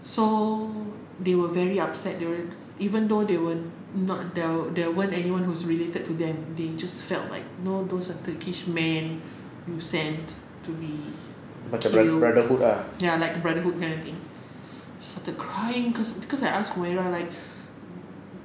so they were very upset during even though they were not there weren't anyone who's related to them they just felt like know those are turkish man who sent to me killed them ya like brotherhood kind of thing started crying cause because I ask where like